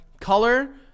Color